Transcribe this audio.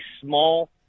small